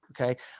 okay